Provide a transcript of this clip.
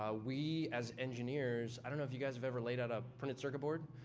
ah we, as engineers i don't know if you guys have ever laid out a printed circuit board.